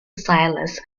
stylus